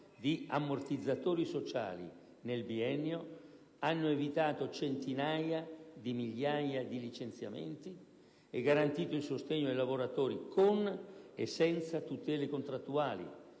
di ammortizzatori sociali nel biennio hanno evitato centinaia di migliaia di licenziamenti e garantito il sostegno ai lavoratori, con e senza tutele contrattuali,